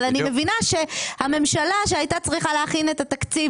אבל אני מבינה שהממשלה שהייתה צריכה להכין את התקציב